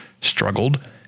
struggled